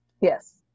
yes